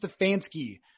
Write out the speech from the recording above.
Stefanski